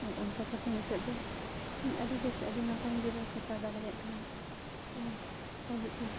ᱚᱱᱠᱟ ᱠᱟᱛᱮ ᱱᱤᱛᱳᱜ ᱫᱚ ᱤᱧ ᱟᱹᱰᱤ ᱵᱮᱥ ᱟᱹᱰᱤ ᱱᱟᱯᱟᱭᱤᱧ ᱡᱮᱨᱮᱲ ᱯᱚᱛᱟᱣ ᱫᱟᱲᱮᱭᱟᱜ ᱠᱟᱱᱟ ᱟᱨ ᱤᱧ